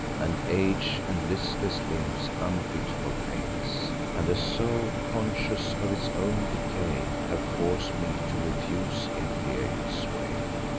and age, and listless limbs unfit for pains, and a soul conscious of its own decay, have forc'd me to refuse imperial sway.